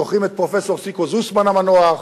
זוכרים את פרופסור סיקו זוסמן המנוח,